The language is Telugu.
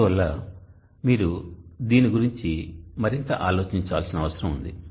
అందువల్ల మీరు దీని గురించి మరింత ఆలోచించాల్సిన అవసరం ఉంది